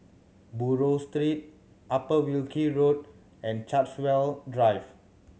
Buroh Street Upper Wilkie Road and Chartwell Drive